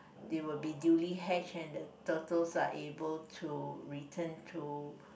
they will be duly hatched and the turtles are able to return to